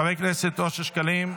חבר הכנסת אושר שקלים,